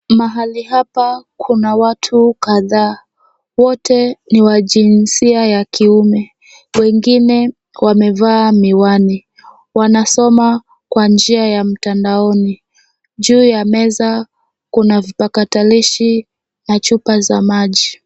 Mahali hapa kuna watu kadhaa. Wote ni wa jinsia ya kiume. Wengine wamevaa miwani. Wanasoma kwa njia ya mtandaoni. Juu ya meza kuna vipakatalishi na chupa za maji.